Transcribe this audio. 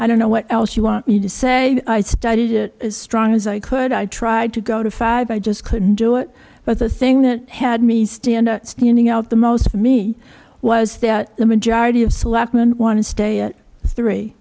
i don't know what else you want me to say i started as strong as i could i tried to go to five i just couldn't do it but the thing that had me stand out standing out the most for me was that the majority of selectmen want to stay at three